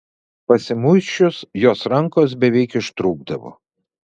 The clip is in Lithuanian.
pasimuisčius jos rankos beveik ištrūkdavo